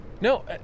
No